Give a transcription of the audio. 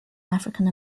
african